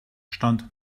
stand